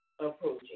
approaching